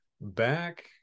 back